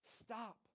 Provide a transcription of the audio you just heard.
Stop